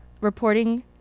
reporting